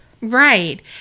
Right